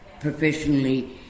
professionally